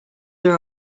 are